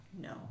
no